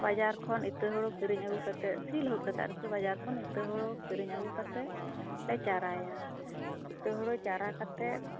ᱵᱟᱡᱟᱨ ᱠᱷᱚᱱ ᱤᱛᱟᱹ ᱦᱩᱲᱩ ᱠᱤᱨᱤᱧ ᱟᱹᱜᱩ ᱠᱟᱛᱮ ᱥᱤ ᱞᱟᱹᱦᱩᱫ ᱠᱟᱛᱮ ᱟᱨᱠᱤ ᱵᱟᱡᱟᱨ ᱠᱷᱚᱱ ᱤᱛᱟᱹ ᱦᱩᱲᱩ ᱠᱤᱨᱤᱧ ᱟᱹᱜᱩ ᱠᱟᱛᱮ ᱞᱮ ᱪᱟᱨᱟᱭᱟ ᱤᱛᱟᱹ ᱦᱩᱲᱩ ᱪᱟᱨᱟ ᱠᱟᱛᱮ